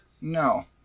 No